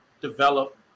develop